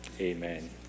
amen